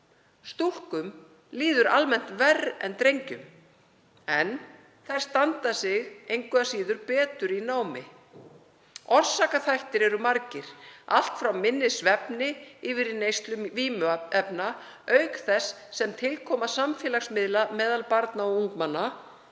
Stúlkum líður almennt verr en drengjum en þær standa sig samt betur í námi. Orsakaþættir eru margir, allt frá minni svefni yfir í neyslu vímuefna, auk þess sem tilkoma samfélagsmiðla meðal barna og ungmenna,